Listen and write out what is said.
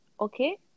Okay